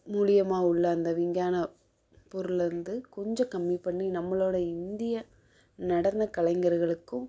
மூலியமாக உள்ள அந்த விஞ்ஞானம் பொருளை வந்து கொஞ்சம் கம்மி பண்ணி நம்மளோட இந்திய நடன கலைஞர்களுக்கும்